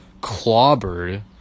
clobbered